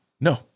no